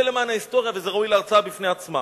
זה למען ההיסטוריה וזה ראוי להרצאה בפני עצמה.